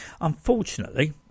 Unfortunately